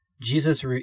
Jesus